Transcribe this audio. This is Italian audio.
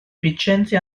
vincenzi